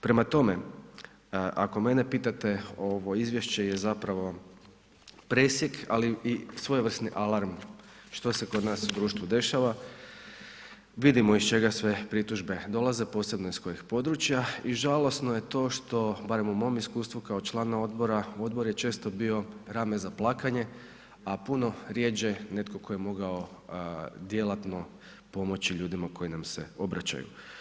Prema tome, ako mene pitate ovo izvješće je zapravo presjek ali i svojevrsni alarm što se kod nas u društvu dešava, vidimo iz čega sve pritužbe dolaze, posebno iz kojeg područja i žalosno je to što barem u mom iskustvu kao člana odbora, odbor je često bio rame za plakanje a puno rjeđe netko tko je mogao djelatno pomoći ljudima koji nam se obraćaju.